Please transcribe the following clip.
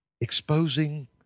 exposing